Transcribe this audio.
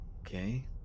Okay